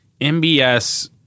MBS